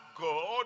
God